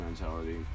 mentality